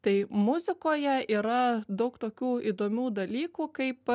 tai muzikoje yra daug tokių įdomių dalykų kaip